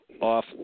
off